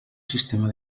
sistema